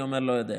אני אומר: לא יודע.